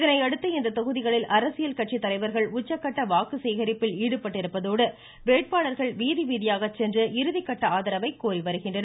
இதனையடுத்து இத்தொகுதிகளில் அரசியல் கட்சி தலைவர்கள் உச்சகட்ட வாக்கு சேகரிப்பில் ஈடுபட்டிருப்பதோடு வேட்பாளர்கள் வீதி வீதியாக சென்று இறுதி கட்ட ஆதரவை கோரி வருகின்றனர்